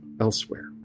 elsewhere